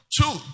two